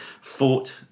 fought